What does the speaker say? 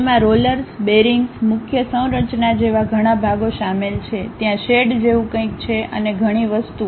તેમાં rollers bearings મુખ્ય સંરચના જેવા ઘણા ભાગો શામેલ છે ત્યાં શેડ જેવું કંઈક છે અને ઘણી વસ્તુઓ